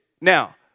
Now